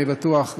אני בטוח,